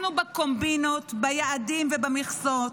מאסנו בקומבינות, ביעדים ובמכסות.